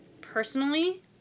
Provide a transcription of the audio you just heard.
Personally